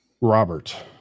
Robert